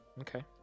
Okay